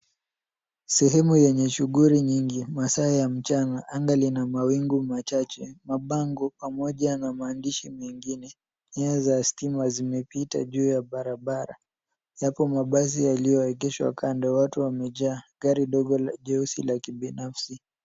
Sehemu yenye shughuli nyingi masaa ya mchana. Anga lina mawingu machache mabango pamoja na maandishi mengine. Nyaya za stima zimepita juu ya barabara. Yapo mabasi yaliyoegeshwa kando, watu wamejaa. Gari ndogo jeusi la kibinafsi.